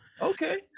Okay